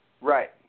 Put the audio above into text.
Right